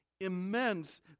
immense